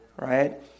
right